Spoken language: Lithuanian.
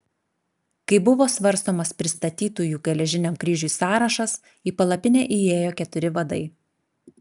kai buvo svarstomas pristatytųjų geležiniam kryžiui sąrašas į palapinę įėjo keturi vadai